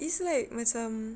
it's like macam